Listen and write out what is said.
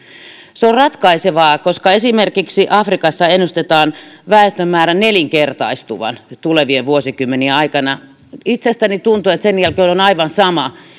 se on ratkaisevaa koska esimerkiksi afrikassa ennustetaan väestömäärän nelinkertaistuvan tulevien vuosikymmenien aikana itsestäni tuntuu että sen jälkeen on aivan sama